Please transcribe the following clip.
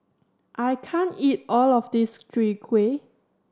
I can't eat all of this Chwee Kueh